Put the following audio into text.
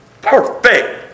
perfect